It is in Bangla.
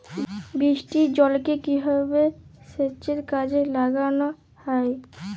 বৃষ্টির জলকে কিভাবে সেচের কাজে লাগানো য়ায়?